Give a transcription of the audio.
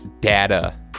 data